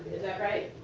is that right?